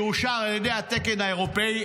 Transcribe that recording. שאושר על ידי התקן האירופי,